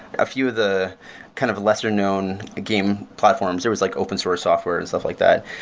a few of the kind of lesser known game platforms, there was like open source software and stuff like that.